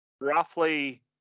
roughly